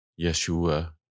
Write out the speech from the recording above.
Yeshua